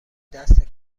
دست